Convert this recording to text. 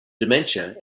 dementia